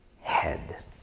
head